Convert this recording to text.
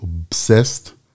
obsessed